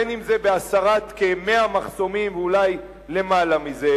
בין שזה בהסרת כ-100 מחסומים ואולי למעלה מזה,